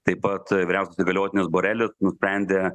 tai pats vyriausias įgaliotinis borelis nusprendė